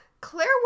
Claire